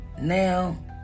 now